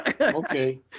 Okay